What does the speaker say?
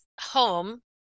home